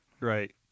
Right